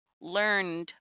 learned